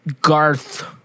Garth